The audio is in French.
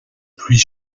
pluies